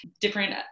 Different